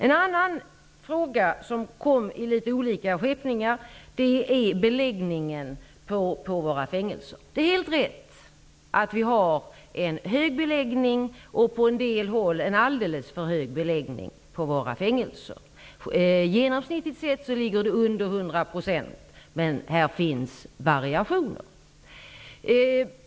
En annan fråga som kom fram i litet olika skepnader gäller beläggningen på våra fängelser. Det är helt rätt att vi har en hög, på en del håll alldeles för hög, beläggning på våra fängelser. Genomsnittligt sett är beläggningen under 100 %, men här finns variationer.